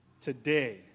today